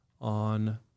on